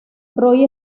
roy